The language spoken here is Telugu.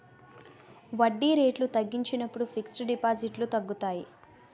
వడ్డీ రేట్లు తగ్గించినప్పుడు ఫిక్స్ డిపాజిట్లు తగ్గుతాయి